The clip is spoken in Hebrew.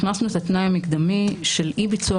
הכנסנו את התנאי המקדמי של אי ביצוע